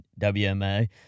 wma